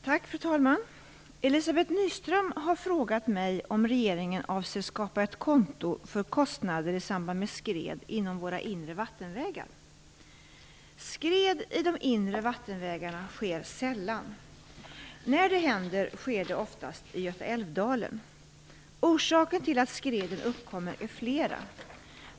Fru talman! Elizabeth Nyström har frågat mig om regeringen avser skapa ett konto för kostnader i samband med skred inom våra inre vattenvägar. Skred i de inre vattenvägarna sker sällan. När det händer sker det oftast i Göta-älv-dalen. Orsaken till att skreden uppkommer är flera.